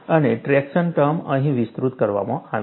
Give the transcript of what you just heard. અને traction term અહીં વિસ્તૃત કરવામાં આવી છે